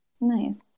Nice